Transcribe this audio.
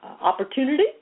opportunity